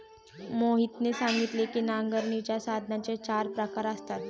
मोहितने सांगितले की नांगरणीच्या साधनांचे चार प्रकार असतात